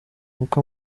uko